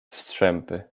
strzępy